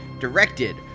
directed